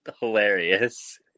hilarious